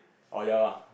oh ya lah